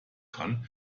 kann